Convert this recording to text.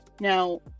Now